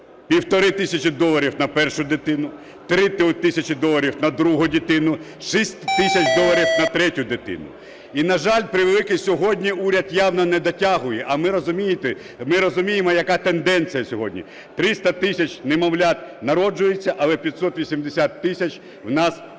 1,5 тисячі доларів на першу дитину, 3 тисячі доларів – на другу дитину, 6 тисяч доларів – на третю дитину. І, на жаль превеликий, сьогодні уряд явно не дотягує. А ми розуміємо, яка тенденція сьогодні: 300 тисяч немовлят народжується, але 580 тисяч в нас помирає.